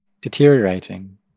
deteriorating